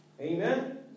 Amen